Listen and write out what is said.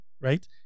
right